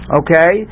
okay